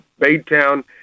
Baytown